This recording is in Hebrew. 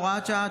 הוראת שעה),